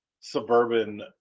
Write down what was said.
suburban